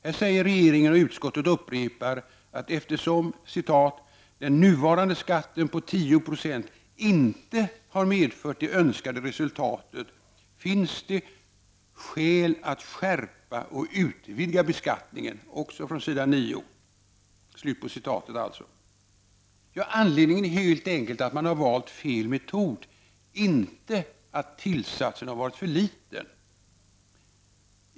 Här säger regeringen, och utskottet upprepar det, att eftersom ”den nuvarande skatten på 10 96 inte har medfört det önskade resultatet finns det ——— skäl att skärpa och utvidga beskattningen”. Anledningen är helt enkelt att man har valt fel metod, inte att tillsatsen har varit för liten.